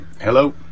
hello